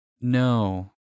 No